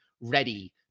ready